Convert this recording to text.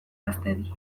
gaztedi